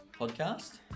podcast